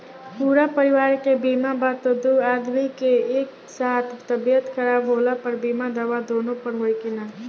पूरा परिवार के बीमा बा त दु आदमी के एक साथ तबीयत खराब होला पर बीमा दावा दोनों पर होई की न?